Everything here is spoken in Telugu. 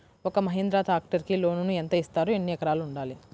ఒక్క మహీంద్రా ట్రాక్టర్కి లోనును యెంత ఇస్తారు? ఎన్ని ఎకరాలు ఉండాలి?